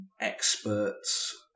experts